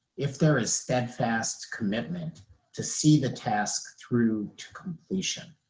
if there is steadfast commitment to see the task through to completion.